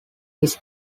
his